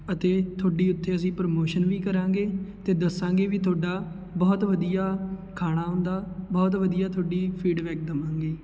ਅਤੇ ਤੁਹਾਡੀ ਉੱਥੇ ਅਸੀਂ ਪ੍ਰਮੋਸ਼ਨ ਵੀ ਕਰਾਂਗੇ ਅਤੇ ਦੱਸਾਂਗੇ ਵੀ ਤੁਹਾਡਾ ਬਹੁਤ ਵਧੀਆ ਖਾਣਾ ਹੁੰਦਾ ਬਹੁਤ ਵਧੀਆ ਤੁਹਾਡੀ ਫੀਡਬੈਕ ਦੇਵਾਂਗੇ